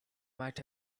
might